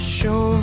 show